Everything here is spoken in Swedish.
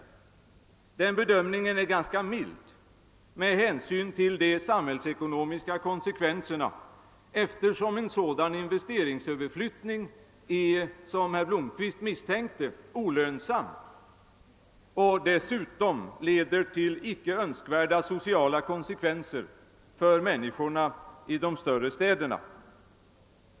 Den bedömningen är ganska mild med hänsyn till de samhällsekonomiska konsekvenserna, eftersom en sådan investeringsöverflyttning är olönsam — som herr Blomkvist misstänkte — och dessutom leder till icke önskvärda sociala konsekvenser för människorna i de större städerna.